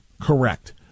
correct